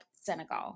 Senegal